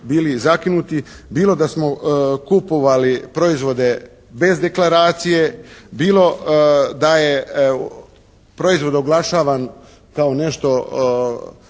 bilo da smo kupovali proizvode bez deklaracije, bilo da je proizvod oglašavan kao nešto